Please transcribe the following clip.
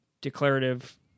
declarative